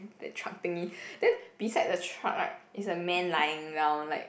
that truck thingy then beside the truck right is a man lying down like